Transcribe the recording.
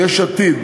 יש עתיד,